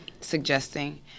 Suggesting